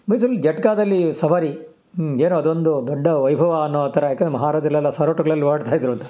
ಮೈಸೂರಲ್ಲಿ ಜಟಕಾದಲ್ಲಿ ಸವಾರಿ ಏನೋ ಅದೊಂದು ದೊಡ್ಡ ವೈಭವ ಅನ್ನೋ ಆ ಥರ ಯಾಕೆಂದರೆ ಮಹಾರಾಜರಲ್ಲೆಲ್ಲ ಸಾರೋಟುಗಳಲ್ಲಿ ಓಡಾಡ್ತಾ ಇದ್ದರೂಂತ